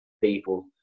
people